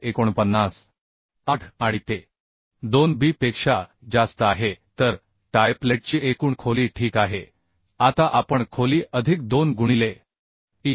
8 आणि ते 2 b पेक्षा जास्त आहे तर टाय प्लेटची एकूण खोली ठीक आहे आता आपण खोली अधिक 2 गुणिले e